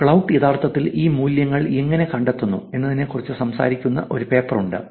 Klout യഥാർത്ഥത്തിൽ ഈ മൂല്യങ്ങൾ എങ്ങനെ കണ്ടെത്തുന്നു എന്നതിനെക്കുറിച്ച് സംസാരിക്കുന്ന ഒരു പേപ്പർ ഉണ്ട്